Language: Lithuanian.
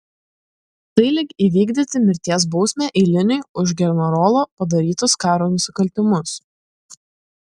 tai lyg įvykdyti mirties bausmę eiliniui už generolo padarytus karo nusikaltimus